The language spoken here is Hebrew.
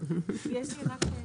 יש לי רק שאלה,